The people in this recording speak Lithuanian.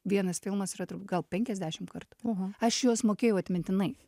vienas filmas yra gal penkiasdešimt kartų aš juos mokėjau atmintinai